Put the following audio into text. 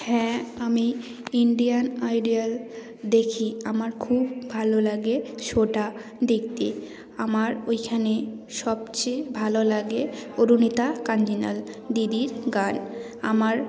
হ্যাঁ আমি Indian Idol দেখি আমার খুব ভালো লাগে শোটা দেখতে আমার ওইখানে সবচেয়ে ভালো লাগে অরুণিতা কাঞ্জিলাল দিদির গান আমার